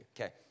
Okay